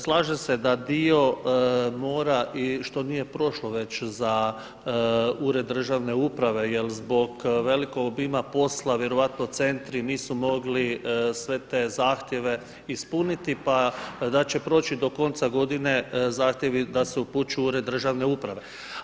Slažem da dio mora i što nije prošlo već za ured državne uprave jel zbog velikog obima posla vjerojatno centri nisu mogli sve te zahtjeve ispuniti pa da će proći do konca godine zahtjevi da se upućuju u ured državne uprave.